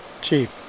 Cheap